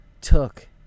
took